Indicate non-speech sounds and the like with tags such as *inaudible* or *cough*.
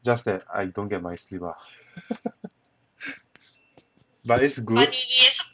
just that I don't get my sleep ah *laughs* but it's good